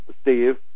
Steve